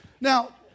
Now